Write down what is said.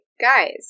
guys